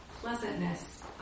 pleasantness